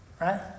right